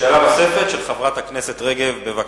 שאלה נוספת של חברת הכנסת רגב, בבקשה.